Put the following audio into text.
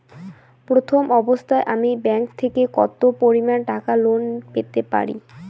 প্রথম অবস্থায় আমি ব্যাংক থেকে কত পরিমান টাকা লোন পেতে পারি?